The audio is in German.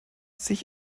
sich